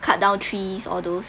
cut down trees all those